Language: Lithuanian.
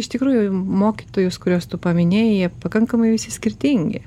iš tikrųjų mokytojus kuriuos tu paminėjai jie pakankamai visi skirtingi